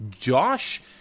Josh